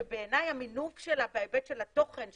שבעיניי המינוף שלה בהיבט של התוכן,